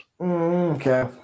Okay